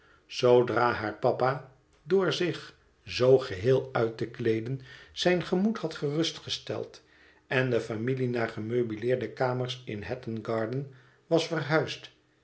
zoodra haar papa door zich zoo geheel uit te kleeden zijn gemoed had gerustgesteld en de familie naar gemeubileerde kamers in h atton garden was verhuisd